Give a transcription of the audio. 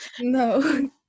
No